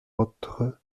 autres